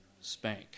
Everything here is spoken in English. Spank